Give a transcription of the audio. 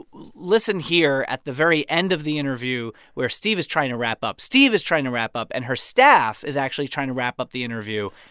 listen here at the very end of the interview where steve is trying to wrap up. steve is trying to wrap up, and her staff is actually trying to wrap up the interview.